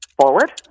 Forward